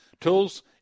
Tools